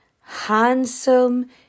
handsome